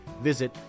Visit